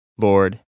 Lord